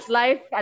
life